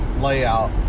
layout